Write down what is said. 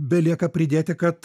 belieka pridėti kad